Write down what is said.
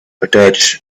attach